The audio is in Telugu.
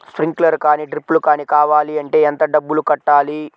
స్ప్రింక్లర్ కానీ డ్రిప్లు కాని కావాలి అంటే ఎంత డబ్బులు కట్టాలి?